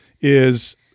is-